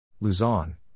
Luzon